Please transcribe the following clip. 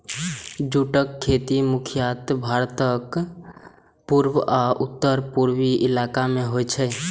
जूटक खेती मुख्यतः भारतक पूर्वी आ उत्तर पूर्वी इलाका मे होइ छै